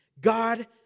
God